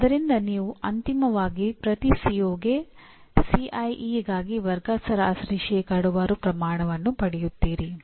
ಆದ್ದರಿಂದ ನೀವು ಅಂತಿಮವಾಗಿ ಪ್ರತಿ ಸಿಒಗೆ ವರ್ಗ ಸರಾಸರಿ ಶೇಕಡಾವಾರು ಪ್ರಮಾಣವನ್ನು ಪಡೆಯುತ್ತೀರಿ